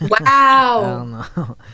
wow